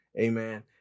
Amen